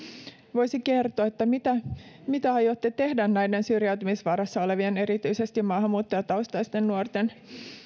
voisi kertoa mitä mitä aiotte tehdä näiden syrjäytymisvaarassa olevien erityisesti maahanmuuttajataustaisten nuorten